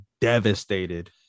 devastated